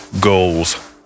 goals